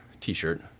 T-shirt